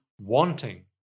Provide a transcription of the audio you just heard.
wanting